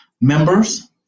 members